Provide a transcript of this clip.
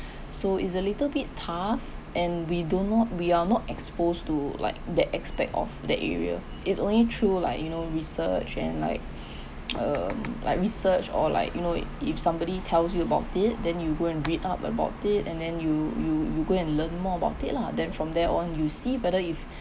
so it's a little bit tough and we do no we are not exposed to like the aspect of that area is only through like you know research and like um like research or like you know if somebody tells you about it then you go and read up about it and then you you you go and learn more about it lah then from there on you see whether if